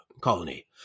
colony